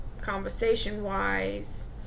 conversation-wise